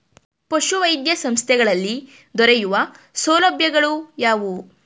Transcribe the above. ಪಶುವೈದ್ಯ ಸಂಸ್ಥೆಗಳಲ್ಲಿ ದೊರೆಯುವ ಸೌಲಭ್ಯಗಳು ಯಾವುವು?